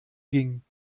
ging